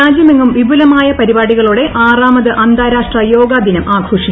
രാജ്യമെങ്ങും വിപുലമായ പൃരിപ്പ്ട്ടികളോടെ ആറാമത് അന്താരാഷ്ട്ര യോഗാദിനം ആഘോഷിച്ചു